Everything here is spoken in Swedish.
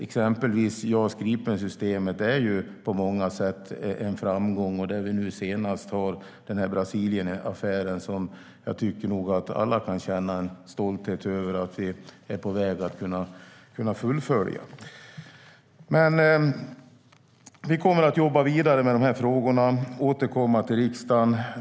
Exempelvis systemet JAS Gripen är på många sätt en framgång. Där har vi senast Brasilienaffären, som jag tycker att alla kan känna en stolthet över att vi är på väg att kunna fullfölja. Vi kommer att jobba vidare med de här frågorna och återkomma till riksdagen.